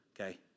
Okay